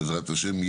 בעזרת השם,